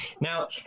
Now